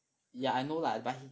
yeah I know lah but